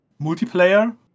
multiplayer